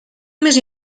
més